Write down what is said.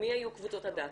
מי היו קבוצות הדאטה?